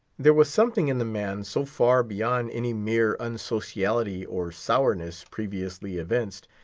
there was something in the man so far beyond any mere unsociality or sourness previously evinced,